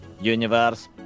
universe